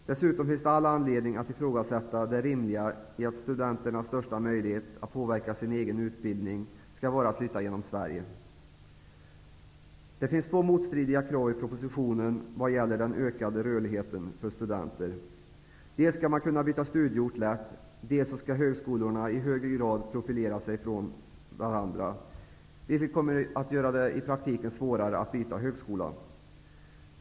Dessutom finns det all anledning att ifrågasätta det rimliga i att studenternas största möjlighet att påverka sin egen utbildning skall vara att flytta genom Sverige. Det finns två motstridiga krav i propositionen vad gäller den ökade rörligheten för studenter. Dels skall man kunna byta studieort lätt, dels skall högskolorna i högre grad profilera sig mot varandra, vilket i praktiken kommer att göra det svårare att byta högskola.